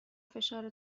فشار